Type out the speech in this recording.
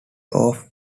off